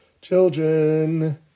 Children